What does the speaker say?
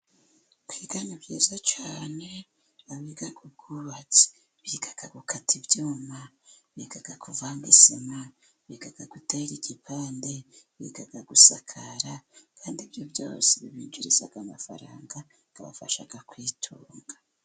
Kwiga ni byiza cyane, abiga ubwubatsi, biga gukata ibyuma, biga kuvanga isima, biga gutera ikipande, biga gusakara, kandi ibyo byose byinjiza amafaranga, bikabafasha kwitunga.